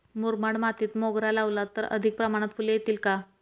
मुरमाड मातीत मोगरा लावला तर अधिक प्रमाणात फूले येतील का?